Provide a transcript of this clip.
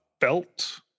felt